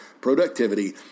productivity